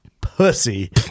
pussy